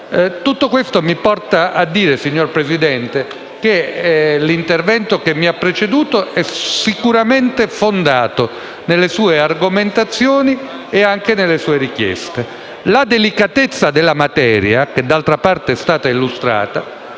Tutto questo mi porta a dire, signor Presidente, che l'intervento che mi ha preceduto è sicuramente fondato nelle sue argomentazioni e anche nelle sue richieste. La delicatezza della materia, che d'altra parte è stata illustrata,